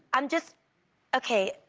i'm just okay,